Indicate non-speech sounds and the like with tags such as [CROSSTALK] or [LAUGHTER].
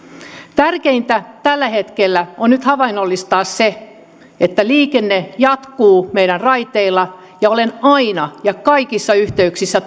tärkeintä tällä hetkellä on nyt havainnollistaa se että liikenne jatkuu meidän raiteillamme ja olen aina ja kaikissa yhteyksissä [UNINTELLIGIBLE]